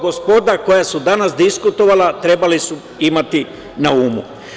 Gospoda koja su danas diskutovala su to trebala imati na umu.